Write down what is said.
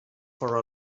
for